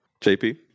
jp